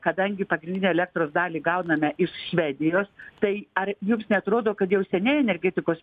kadangi pagrindinę elektros dalį gauname iš švedijos tai ar jums neatrodo kad jau seniai energetikos